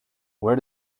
where